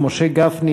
משה גפני,